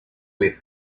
with